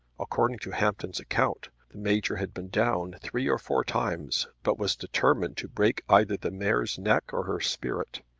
according to hampton's account, the major had been down three or four times, but was determined to break either the mare's neck or her spirit.